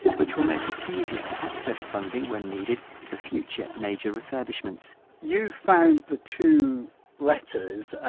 which will make it easier to access funding when needed for future major refurbishments you found the two letters,